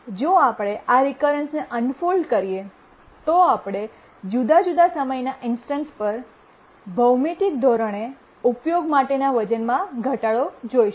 જો આપણે આ રિકરન્સને અન્ફોલ્ડ કરીએ તો આપણે જુદા જુદા સમયનાં ઇન્સ્ટન્સ પર ભૌમિતિક ધોરણે ઉપયોગ માટેના વજનમાં ઘટાડો જોશું